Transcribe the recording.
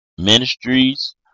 ministries